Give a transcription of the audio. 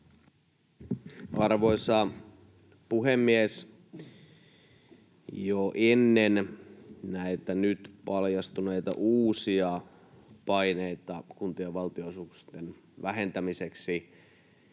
Arvoisa puhemies! Jo ennen näitä nyt paljastuneita uusia paineita kuntien valtionosuuksien vähentämiseksi